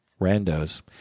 randos